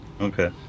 Okay